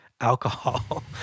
alcohol